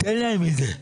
תן להם את זה.